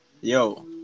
yo